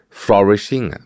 flourishing